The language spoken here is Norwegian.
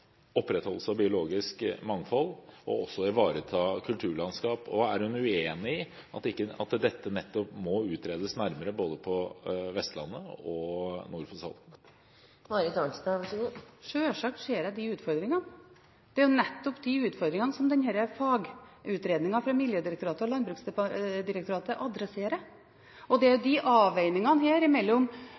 opprettholdelse av biologisk mangfold og det å ivareta kulturlandskap? Er representanten Arnstad uenig i at dette må utredes nærmere både på Vestlandet og nord for Salten? Sjølsagt ser jeg de utfordringene. Det er nettopp de utfordringene som denne fagutredningen fra Miljødirektoratet og Landbruksdirektoratet adresserer. Det er nettopp disse avveiningene